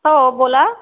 हो बोला